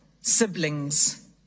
siblings